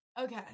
Okay